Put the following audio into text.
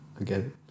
Again